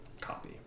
copy